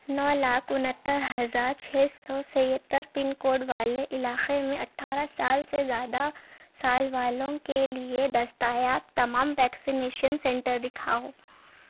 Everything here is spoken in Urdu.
نو لاکھ انہتر ہزار چھ سو سیہتر پن کوڈ والے علاقے میں اٹھارہ سے زیادہ سال والوں کے لیے دستایاب تمام ویکسینیشن سینٹر دکھاؤ